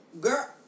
girl